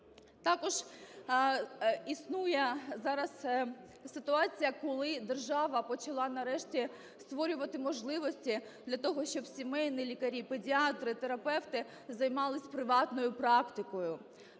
Також існує зараз ситуація, коли держава почала нарешті створювати можливості для того, щоб сімейні лікарі, педіатри, терапевти займалися приватною практикою.